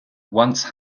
once